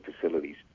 facilities